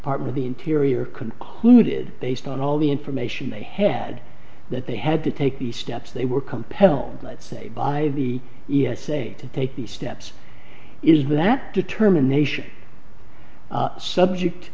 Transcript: department the interior concluded based on all the information they had that they had to take the steps they were compelled let's say by the e s a to take these steps is that determination subject